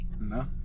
No